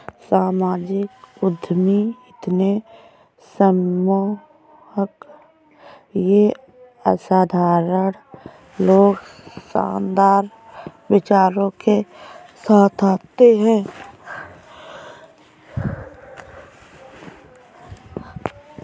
सामाजिक उद्यमी इतने सम्मोहक ये असाधारण लोग शानदार विचारों के साथ आते है